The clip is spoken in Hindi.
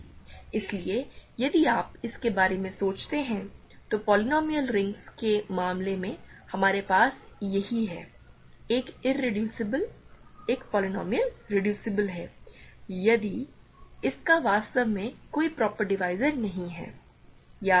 इसलिए यदि आप इसके बारे में सोचते हैं तो पॉलिनॉमियल रिंग्स के मामले में हमारे पास यही है एक पॉलिनॉमियल रेड्यूसिबल है यदि इसका वास्तव में कोई प्रॉपर डिवीज़र नहीं है